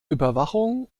überwachung